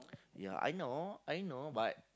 ya I know I know but